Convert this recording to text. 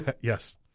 Yes